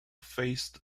faced